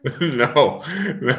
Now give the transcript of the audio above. No